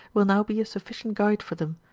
will now be a sufficient guide for them,